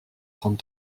trente